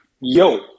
Yo